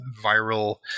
viral